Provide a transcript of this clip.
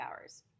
hours